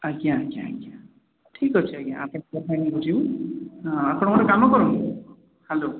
ଆଜ୍ଞା ଆଜ୍ଞା ଆଜ୍ଞା ଠିକ୍ ଅଛି ଆଜ୍ଞା ଆପଣଙ୍କ ବୁଝିବୁ ଆପଣ ଗୋଟେ କାମ କରନ୍ତୁ ହ୍ୟାଲା